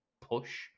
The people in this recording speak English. push